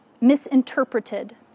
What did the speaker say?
misinterpreted